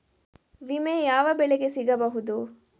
ವಿಮೆ ಯಾವ ಬೆಳೆಗೆ ಸಿಗಬಹುದು?